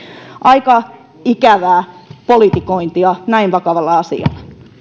aika ikävää politikointia näin vakavalla asialla